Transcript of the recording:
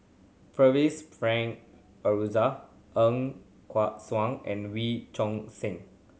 Percival Frank Aroozoo Ng Kat Suan and Wee Choon Seng